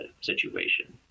situation